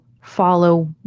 follow